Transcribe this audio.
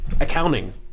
accounting